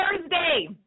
Thursday